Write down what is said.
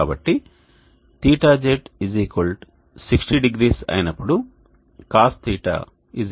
కాబట్టి θz 600 అయినప్పుడు cos θ 0